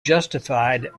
justified